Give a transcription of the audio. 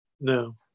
No